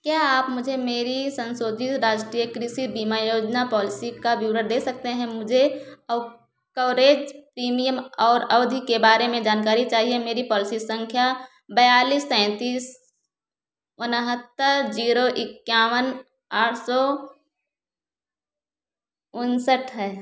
क्या आप मुझे मेरी संशोधित राष्ट्रीय कृषि बीमा योजना पॉलिसी का विवरण दे सकते हैं मुझे अव कवरेज प्रीमियम और अवधि के बारे में जानकारी चाहिए मेरी पॉलिसी संख्या बयालीस सैंतीस उनहत्तर जीरो इक्यावन आठ सौ उनसठ है